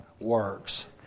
works